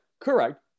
correct